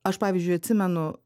aš pavyzdžiui atsimenu